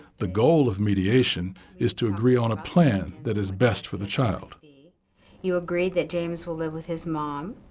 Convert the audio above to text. the goal of mediation is to agree on a plan that is best for the child. mediator you agree that james will live with his mom